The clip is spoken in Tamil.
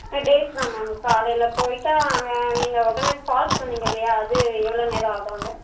டேஸ் தான் மேம் காலையில் போயிட்டால் அங்கே நீங்கள் ஒக்கேனக் ஃபால்ஸ் சொன்னீங்க இல்லையா அது எவ்வளோ நேரம் ஆகும் அங்கே